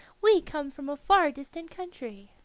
we come from a far distant country.